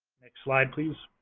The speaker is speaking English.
next slide, please.